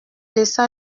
laissa